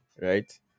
right